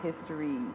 history